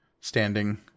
standing